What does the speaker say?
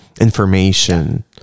information